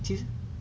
其实